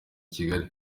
kigali